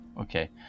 okay